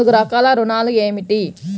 నాలుగు రకాల ఋణాలు ఏమిటీ?